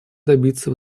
добиться